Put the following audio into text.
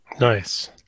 Nice